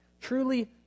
Truly